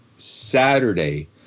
Saturday